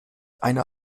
einer